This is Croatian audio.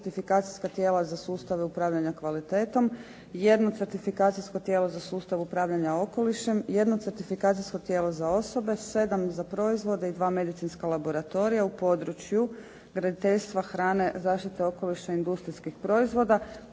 3 certifikacijska tijela za sustave upravljanja kvalitetom, jedno certifikacijsko tijelo za sustav upravljanja okolišem, jedno certifikacijsko tijelo za osobe, sedam za proizvode i dva medicinska laboratorija u području graditeljstva, hrane, zaštite okoliša, industrijskih proizvoda.